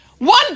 One